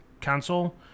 console